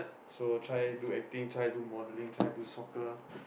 so try do acting try do modelling try do soccer